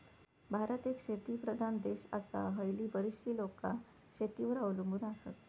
भारत एक शेतीप्रधान देश आसा, हयली बरीचशी लोकां शेतीवर अवलंबून आसत